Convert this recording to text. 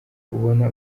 ubona